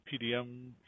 PDM